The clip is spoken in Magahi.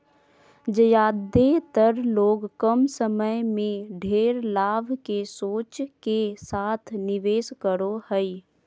ज्यादेतर लोग कम समय में ढेर लाभ के सोच के साथ निवेश करो हइ